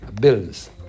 bills